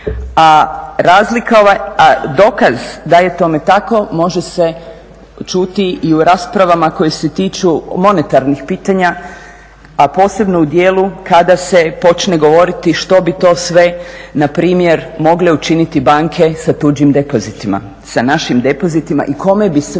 A dokaz da je tome tako može se čuti i u raspravama koje se tiču monetarnih pitanja, a posebno u dijelu kada se počne govoriti što bi to sve npr. mogle učiniti banke sa tuđim depozitima, sa našim depozitima, i kome bi sve